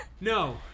No